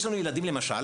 יש לנו ילדים למשל,